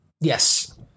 Yes